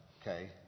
Okay